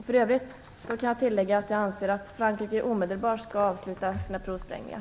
För övrigt kan jag tillägga att jag anser att Frankrike omedelbart skall avsluta sina provsprängningar.